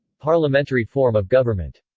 parliamentary form of government.